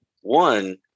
one